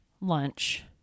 lunch